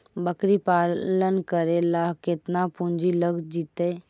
बकरी पालन करे ल केतना पुंजी लग जितै?